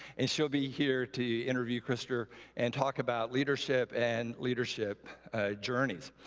and she'll be here to interview krister and talk about leadership and leadership journeys.